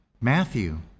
Matthew